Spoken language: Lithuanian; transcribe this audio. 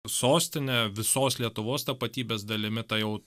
sostine visos lietuvos tapatybės dalimi tai jau